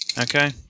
Okay